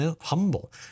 humble